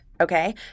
okay